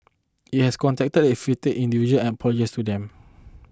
it has contacted the affected individual and apologised to them